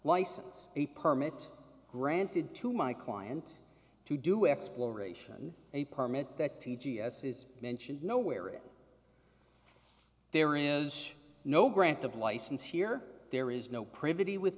license a permit granted to my client to do exploration a permit that t t s is mentioned nowhere and there is no grant of license here there is no